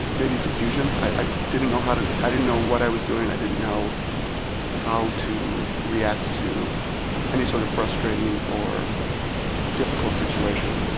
maybe confusion? i didn't know how to i didn't know what i was doing, i didn't know how to react to any sort of frustrating or difficult situation.